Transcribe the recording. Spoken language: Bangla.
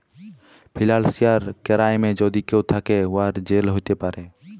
ফিলালসিয়াল কেরাইমে যদি কেউ থ্যাকে, উয়ার জেল হ্যতে পারে